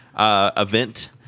Event